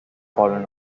fallen